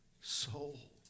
soul